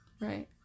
Right